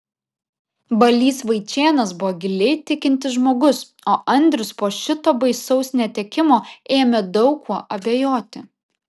balys vaičėnas buvo giliai tikintis žmogus o andrius po šito baisaus netekimo ėmė daug kuo abejoti